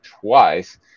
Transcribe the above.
twice